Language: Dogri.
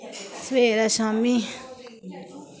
सबेरे शामी